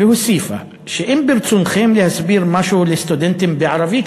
והוסיפה: "אם ברצונכם להסביר משהו לסטודנטים בערבית,